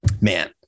man